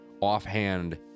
offhand